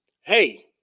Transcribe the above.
hey